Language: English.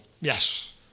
Yes